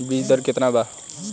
बीज दर केतना वा?